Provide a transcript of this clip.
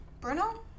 Bruno